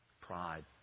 Pride